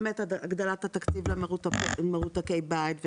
הגדלת התקציב למרותקי בית,